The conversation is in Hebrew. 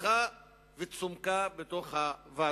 הלך וצומק בתוך הוועדות.